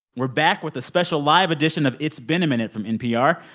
we're back with a special live edition of it's been a minute from npr.